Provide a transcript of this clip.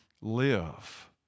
live